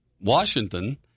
Washington